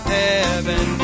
heaven